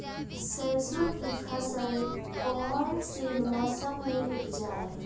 सरसों की फसल कौन से मौसम में उपजाए?